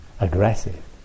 aggressive